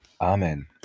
Amen